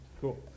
Cool